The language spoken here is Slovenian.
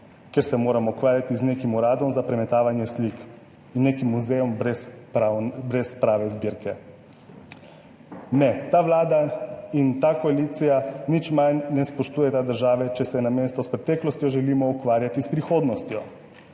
ker se moramo ukvarjati z nekim uradom za premetavanje slik in nekim muzejem brez prave zbirke. Ne, ta vlada in ta koalicija nič manj ne spoštujeta države, če se namesto s preteklostjo želimo ukvarjati s prihodnostjo.